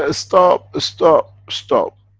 ah stop, ah stop, stop.